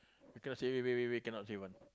you cannot say wait wait wait wait cannot say one